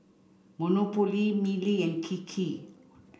Monopoly Mili and Kiki